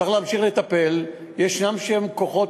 צריך להמשיך לטפל, יש שם כוחות